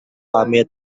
kami